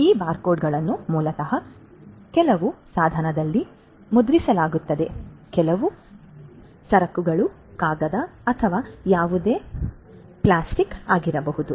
ಈ ಬಾರ್ಕೋಡ್ಗಳನ್ನು ಮೂಲತಃ ಕೆಲವು ಸಾಧನದಲ್ಲಿ ಮುದ್ರಿಸಲಾಗುತ್ತದೆ ಕೆಲವು ಸರಕುಗಳು ಕಾಗದ ಅಥವಾ ಯಾವುದೇ ಕಾಗದ ಅಥವಾ ಪ್ಲಾಸ್ಟಿಕ್ ಆಗಿರಬಹುದು